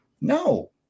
No